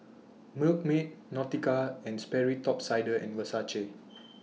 Milkmaid Nautica and Sperry Top Sider and Versace